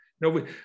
No